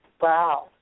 Wow